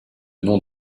nom